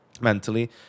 mentally